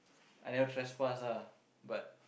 I never trespass ah but